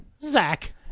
Zach